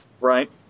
Right